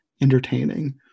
entertaining